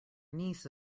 niece